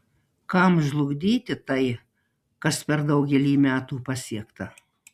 kam žlugdyti tai kas per daugelį metų pasiekta